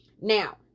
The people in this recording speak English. Now